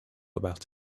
about